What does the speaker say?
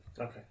Okay